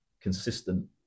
consistent